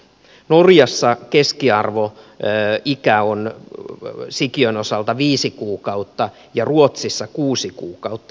norjassa keskiarvoikä on sikiön osalta viisi kuukautta ja ruotsissa kuusi kuukautta